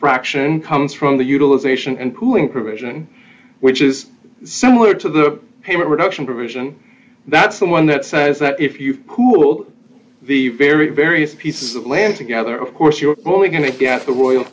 fraction comes from the utilization and cooling provision which is similar to the payment reduction provision that's the one that says that if you who will be very various pieces of land together of course you're only going to be at the royal